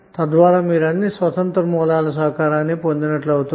తద్వారా మీరు అన్ని స్వతంత్రమైన సోర్స్ ల సహకారం పొందినట్లు అవుతుంది